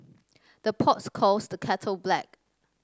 the pots calls the kettle black